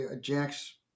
Jack's